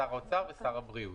שר האוצר ושר הבריאות.